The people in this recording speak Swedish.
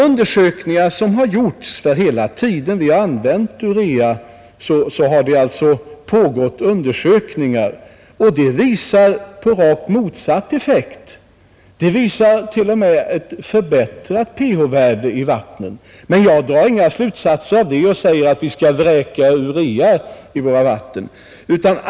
Under hela den tid vi har använt urea har det alltså pågått undersökningar, och de visar en rakt motsatt effekt. De visar t.o.m. ett förbättrat pH-värde i vattnen. Men jag drar inga slutsatser av det och säger att vi skall vräka urea i våra vatten.